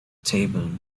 table